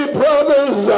brothers